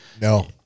No